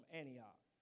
Antioch